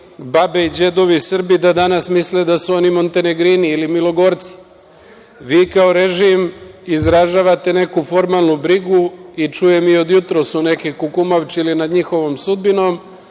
babe i đedovi Srbi, da danas misle da su oni montenegrini ili milogorci. Vi, kao režim, izražavate neku formalnu brigu i čujem od jutros da su neki kukumavčili nad njihovom sudbinom